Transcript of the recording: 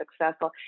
successful